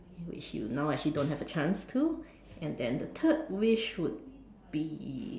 which you now actually don't have a chance to and then the third wish would be